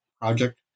project